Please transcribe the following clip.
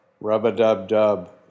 Rub-a-dub-dub